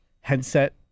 headset